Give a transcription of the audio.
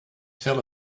fell